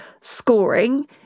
scoring